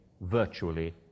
virtually